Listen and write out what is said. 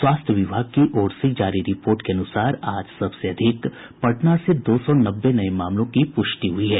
स्वास्थ्य विभाग की ओर से जारी रिपोर्ट के अनुसार आज सबसे अधिक पटना से दो सौ नब्बे नये मामलों की प्रष्टि हुई है